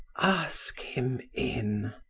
ask him in,